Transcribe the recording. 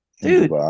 dude